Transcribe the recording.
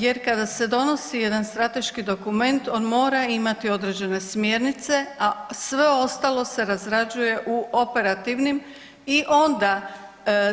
Jer kada se donosi jedan strateški dokument, on mora imati određene smjernice, a sve ostalo se razrađuje u operativnim i onda